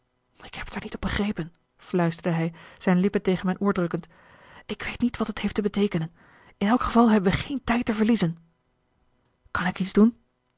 ik heb t er niet op begrepen fluisterde hij zijn lippen tegen mijn oor drukkend ik weet niet wat t heeft te beteekenen in elk geval hebben wij geen tijd te verliezen kan ik iets doen